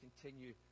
continue